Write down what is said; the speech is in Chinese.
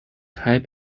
台北